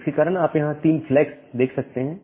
इसके कारण आप यहां 3 फ्लैग्स देख सकते हैं